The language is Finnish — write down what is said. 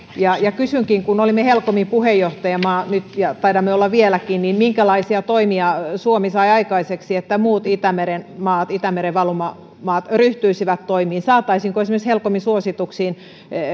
kysynkin kun olimme helcomin puheenjohtajamaa nyt ja taidamme olla vieläkin minkälaisia toimia suomi sai aikaiseksi että muut itämeren maat itämeren valumamaat ryhtyisivät toimiin saataisiinko esimerkiksi helcomin suosituksiin